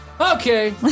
Okay